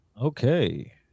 okay